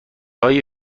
های